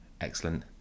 excellent